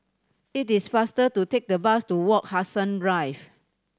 it is faster to take the bus to Wak Hassan Drive